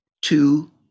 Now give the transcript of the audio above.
two